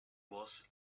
was